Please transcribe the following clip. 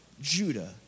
Judah